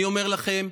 אני אומר לכם,